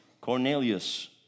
cornelius